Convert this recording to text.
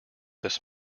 this